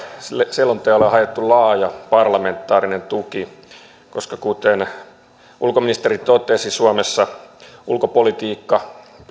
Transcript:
selonteolle on haettu laaja parlamentaarinen tuki koska kuten ulkoministeri totesi suomessa ulkopolitiikka